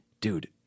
Dude